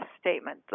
statement